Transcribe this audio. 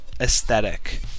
aesthetic